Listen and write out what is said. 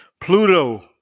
Pluto